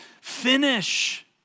finish